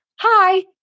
hi